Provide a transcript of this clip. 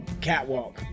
catwalk